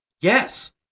Yes